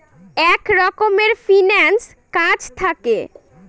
এক রকমের ফিন্যান্স কাজ থাকে